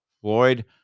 Floyd